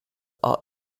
are